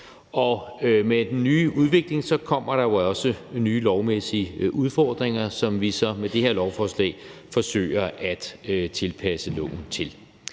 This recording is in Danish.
Med den nye udvikling kommer der jo også nye lovmæssige udfordringer, som vi så med det her lovforslag forsøger at tilpasse loven til.